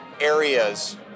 areas